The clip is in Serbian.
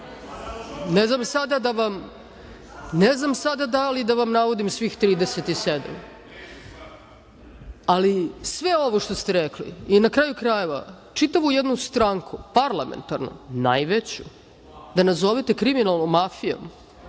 ne znam sada da li da vam navodim svih 37 razloga, ali sve ovo što ste rekli i na kraju krajeva, čitavu jednu stranku parlamentarnu, najveću da nazovete – kriminalnom mafijom?